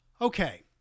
Okay